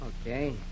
Okay